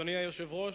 אדוני היושב-ראש,